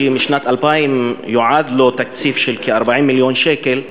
שבשנת 2000 יועד לו תקציב של כ-40 מיליון שקל,